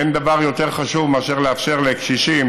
אין דבר יותר חשוב מאשר לאפשר לקשישים,